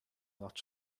lots